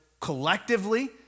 collectively